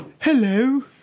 Hello